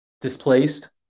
displaced